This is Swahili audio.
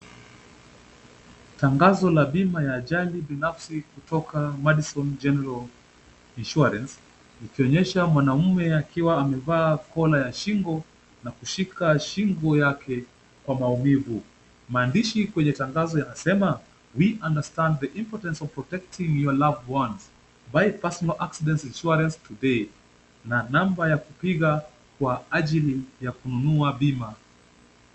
Tangazo la bima ya ajali binafsi kutoka Madison General Insurance, ikionyesha mwanamume akiwa amevaa kola ya shingo na kushika shingo yake kwa maumivu. Maandishi kwenye tangazo yanasema , we understand the importance of protecting your love ones buy personal accidents insurance today na namba ya kupiga kwa ajili ya kununua bima.